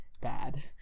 bad